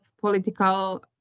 political